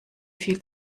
viel